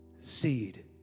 seed